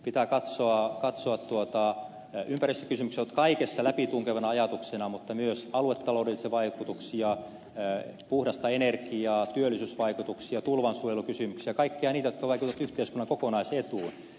pitää katsoa ympäristökysymyksiä jotka ovat kaikessa läpitunkevana ajatuksena mutta myös aluetaloudellisia vaikutuksia puhdasta energiaa työllisyysvaikutuksia tulvansuojelukysymyksiä kaikkia niitä jotka vaikuttavat yhteiskunnan kokonaisetuun